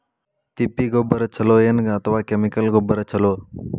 ತಿಪ್ಪಿ ಗೊಬ್ಬರ ಛಲೋ ಏನ್ ಅಥವಾ ಕೆಮಿಕಲ್ ಗೊಬ್ಬರ ಛಲೋ?